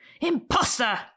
Imposter